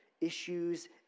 issues